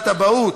(זכויות הוריות),